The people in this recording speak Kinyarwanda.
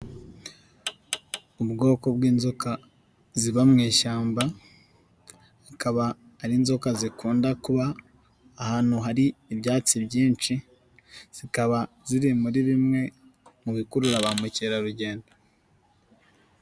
Ubwoko bw'inzoka ziba mu ishyamba bukaba ari inzoka zikunda kuba ahantu hari ibyatsi byinshi, zikaba ziri muri bimwe mu bikurura ba mukerarugendo.